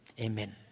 Amen